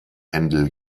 händel